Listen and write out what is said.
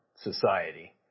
society